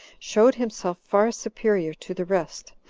showed himself far superior to the rest,